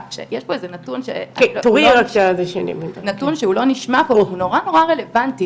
יש פה איזה נתון שהוא לא נשמע פה והוא נורא נורא רלוונטי.